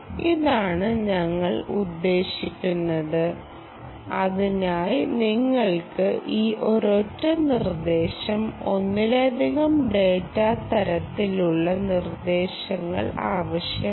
ഇതാണ് ഞങ്ങൾ ഉദ്ദേശിക്കുന്നത് അതിനായി നിങ്ങൾക്ക് ഈ ഒരൊറ്റ നിർദ്ദേശം ഒന്നിലധികം ഡാറ്റ തരത്തിലുള്ള നിർദ്ദേശങ്ങൾ ആവശ്യമാണ്